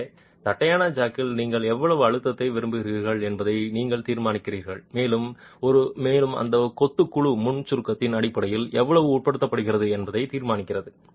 எனவே தட்டையான ஜாக்கில் நீங்கள் எவ்வளவு அழுத்தத்தை விரும்புகிறீர்கள் என்பதை நீங்கள் தீர்மானிக்கிறீர்கள் மேலும் அந்த கொத்து குழு முன் சுருக்கத்தின் அடிப்படையில் எவ்வளவு உட்படுத்தப்படுகிறது என்பதை தீர்மானிக்கிறது